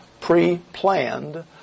pre-planned